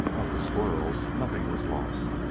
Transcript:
of the squirrels, nothing was lost.